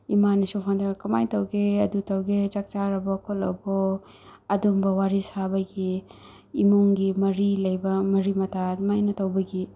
ꯏꯃꯥꯅꯁꯨ ꯐꯣꯟꯗ ꯀꯃꯥꯏꯅ ꯇꯧꯒꯦ ꯑꯗꯨ ꯇꯧꯒꯦ ꯆꯥꯛ ꯆꯥꯔꯕꯣ ꯈꯣꯠꯂꯕꯣ ꯑꯗꯨꯒꯨꯝꯕ ꯋꯥꯔꯤ ꯁꯥꯕꯒꯤ ꯏꯃꯨꯡꯒꯤ ꯃꯔꯤ ꯂꯩꯕ ꯃꯔꯤ ꯃꯇꯥ ꯑꯗꯨꯃꯥꯏꯅ ꯇꯧꯕꯒꯤ